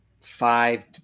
five